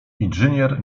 inżynier